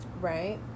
right